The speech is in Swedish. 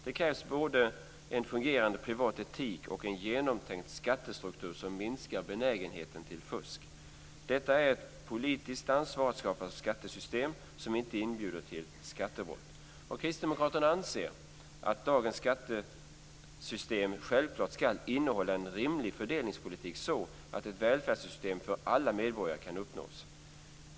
Det krävs både en fungerande privat etik och en genomtänkt skattestruktur som minskar benägenheten till fusk. Det är ett politiskt ansvar att skapa ett skattesystem som inte inbjuder till skattebrott. Kristdemokraterna anser att dagen skattesystem självklart ska innehålla en rimlig fördelningspolitik så att ett välfärdssamhälle för alla medborgare kan uppnås.